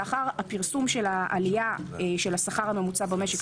שלאחר הפרסום של העלייה של השכר הממוצע במשק,